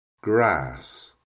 grass